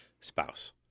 spouse